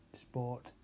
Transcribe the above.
sport